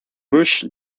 bush